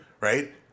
right